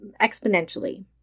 exponentially